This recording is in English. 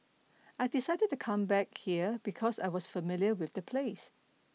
I decided to come back here because I was familiar with the place